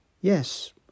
Yes